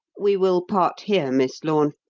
we will part here, miss lorne,